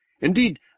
Indeed